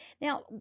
Now